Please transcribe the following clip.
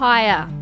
Higher